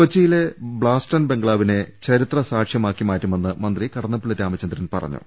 കൊച്ചിയിലെ ബ്ലാസ്റ്റൺ ബംഗ്ലാവിനെ ചരിത്ര സാക്ഷ്യമാക്കിമാറ്റു മെന്ന് മന്ത്രി കടന്നപ്പള്ളി രാമചന്ദ്രൻ പറഞ്ഞു